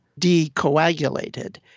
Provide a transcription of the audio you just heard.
decoagulated